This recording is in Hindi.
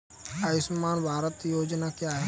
आयुष्मान भारत योजना क्या है?